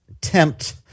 tempt